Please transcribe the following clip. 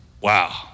Wow